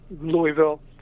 Louisville